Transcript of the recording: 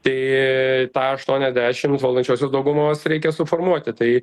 tai tą aštuoniasdešim valdančiosios daugumos reikia suformuoti tai